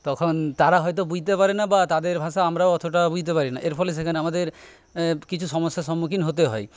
তখন তারা হয়তো বুইতে পারে না বা তাদের ভাষা আমরাও অতটা বুইতে পারি না এর ফলে সেখানে আমাদের কিছু সমস্যার সম্মুখীন হতে হয়